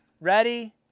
ready